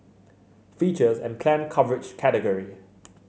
features and planned coverage category